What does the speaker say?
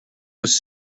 was